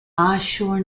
ashur